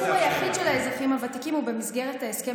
האזכור היחיד של האזרחים הוותיקים הוא במסגרת ההסכם